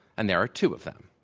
and there are two of them.